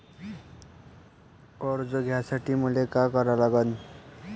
कर्ज घ्यासाठी मले का करा लागन?